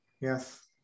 yes